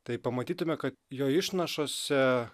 tai pamatytume kad jo išnašose